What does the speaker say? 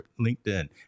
LinkedIn